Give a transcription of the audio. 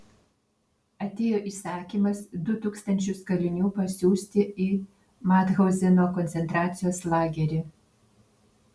atėjo įsakymas du tūkstančius kalinių pasiųsti į mathauzeno koncentracijos lagerį